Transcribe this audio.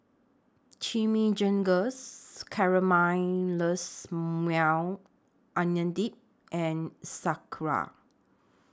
Chimichangas Caramelized Maui Onion Dip and Sauerkraut